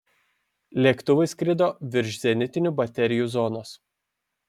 lėktuvai skrido virš zenitinių baterijų zonos